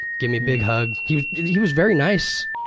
gimme big hug. he he was very nice,